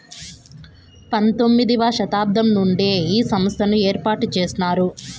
పంతొమ్మిది వ శతాబ్దం నుండే ఈ సంస్థను ఏర్పాటు చేసినారు